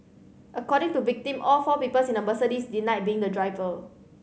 according to victim all four peoples in the Mercedes denied being the driver